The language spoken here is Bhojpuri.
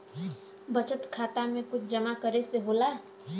बचत खाता मे कुछ जमा करे से होला?